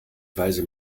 weise